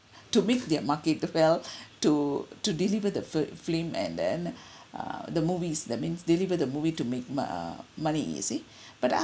to make their market develop to to deliver the fil~ film and then err the movies that means deliver the movie to make mo~ uh money you see but